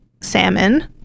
salmon